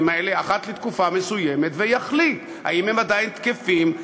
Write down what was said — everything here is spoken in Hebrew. האלה אחת לתקופה מסוימת ויחליט אם הם עדיין תקפים,